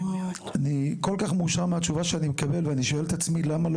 אני כל כך מאושר מהתשובה שאני מקבל ואני שואל את עצמי למה לא